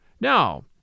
Now